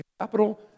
capital